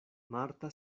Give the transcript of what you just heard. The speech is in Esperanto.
marta